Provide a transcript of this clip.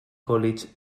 college